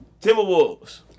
Timberwolves